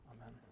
Amen